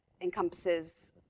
encompasses